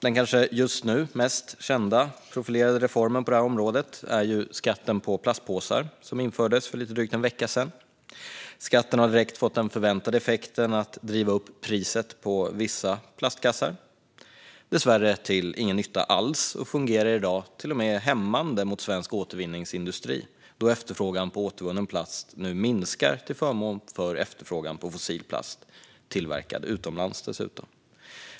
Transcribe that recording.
Den kanske just nu mest kända profilerade reformen på det här området är skatten på plastpåsar som infördes för lite drygt en vecka sedan. Skatten har direkt fått den förväntade effekten att driva upp priset på vissa plastkassar. Det är dessvärre till ingen nytta alls. Det fungerar i dag till och med hämmande för svensk återvinningsindustri då efterfrågan på återvunnen plast nu minskar till förmån för efterfrågan på fossil plast som dessutom är tillverkad utomlands.